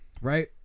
right